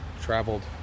traveled